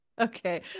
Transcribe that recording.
okay